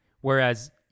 Whereas